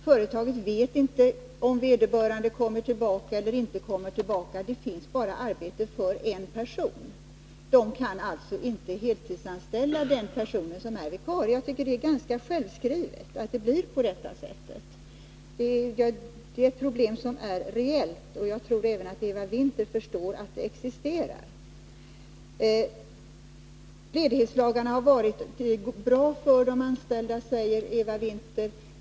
Företaget vet inte om vederbörande kommer tillbaka eller inte. Det finns bara arbete för en person. Då kan man alltså inte heltidsanställa den person som är vikarie, det är ganska självskrivet. Det är ett problem som är reellt, och jag tror att även Eva Winther förstår att det existerar. Ledighetslagarna har varit bra för de anställda, sade Eva Winther.